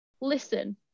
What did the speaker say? Listen